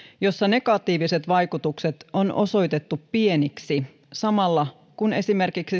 jossa negatiiviset vaikutukset on osoitettu pieniksi samalla kun esimerkiksi